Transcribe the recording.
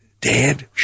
Dad